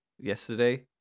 yesterday